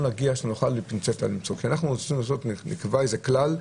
נגיע שנוכל למצוא --- שנקבע איזה כלל,